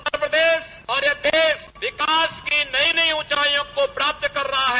उत्तर प्रदेश और ये देश विकास की नई नई ऊँचाइयों को प्राप्त कर रहा है